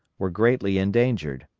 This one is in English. were greatly endangered,